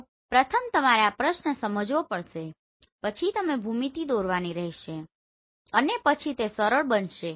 તો પ્રથમ તમારે આ પ્રશ્ન સમજવો પડશે પછી તમે ભૂમિતિ દોરવાની રહેશે અને પછી તે સરળ બનશે